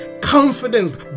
confidence